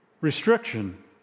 Restriction